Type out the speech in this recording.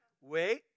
Wait